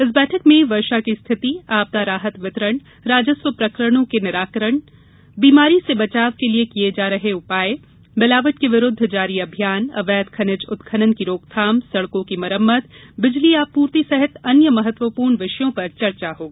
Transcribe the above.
इस बैठक में वर्षा की स्थिति आपदा राहत वितरण राजस्व प्रकरणों के निराकरणों बीमारी से बचाव के लिये किये जा रहे उपायों मिलावट के विरूद्व जारी अभियान अवैध खनिज उत्खनन की रोकथाम सड़कों की मरम्मत बिजली आपूर्ति सहित अन्य महत्वपूर्ण विषयों पर चर्चा होगी